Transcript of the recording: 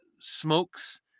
smokes